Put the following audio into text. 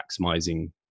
maximizing